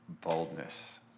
boldness